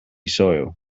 soil